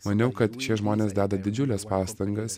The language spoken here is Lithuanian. maniau kad šie žmonės deda didžiules pastangas